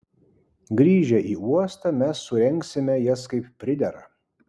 grįžę į uostą mes surengsime jas kaip pridera